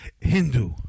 Hindu